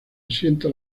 asienta